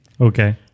Okay